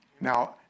Now